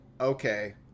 okay